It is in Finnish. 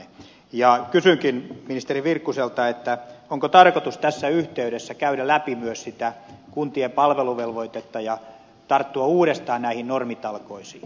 ja kysynkin ministeri virkkuselta onko tarkoitus tässä yhteydessä käydä läpi myös sitä kuntien palveluvelvoitetta ja tarttua uudestaan näihin normitalkoisiin